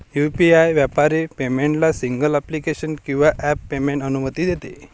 UPI व्यापारी पेमेंटला single application किंवा ॲप पेमेंटची अनुमती देते